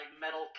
metal